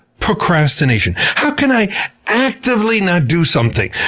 procrastination. how can i actively not do something?